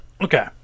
Okay